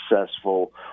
successful